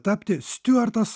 tapti stiuartas